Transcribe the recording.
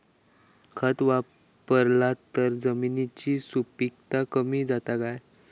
खत वापरला तर जमिनीची सुपीकता कमी जाता काय?